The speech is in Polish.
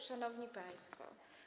Szanowni Państwo!